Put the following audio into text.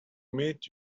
meet